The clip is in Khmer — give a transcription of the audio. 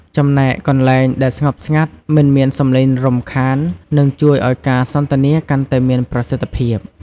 ចំណែកកន្លែងដែលស្ងប់ស្ងាត់ មិនមានសម្លេងរំខាន នឹងជួយឲ្យការសន្ទនាកាន់តែមានប្រសិទ្ធភាព។